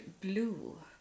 blue